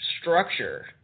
structure –